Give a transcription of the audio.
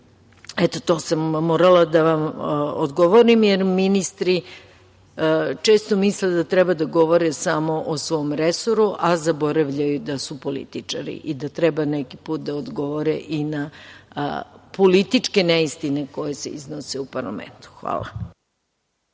Eto to sam morala da vam odgovorim jer ministri često misle da treba da govore samo o svom resoru, a zaboravljaju da su političari i da treba neki put da odgovore i na političke neistine koje se iznose u parlamentu. Hvala.